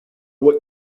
what